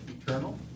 Eternal